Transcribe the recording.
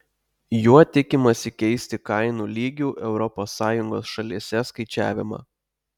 juo tikimasi keisti kainų lygių europos sąjungos šalyse skaičiavimą